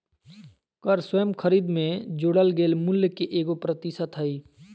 कर स्वयं खरीद में जोड़ल गेल मूल्य के एगो प्रतिशत हइ